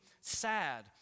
sad